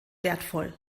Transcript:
wertvoll